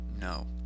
No